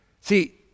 See